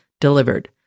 delivered